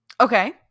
Okay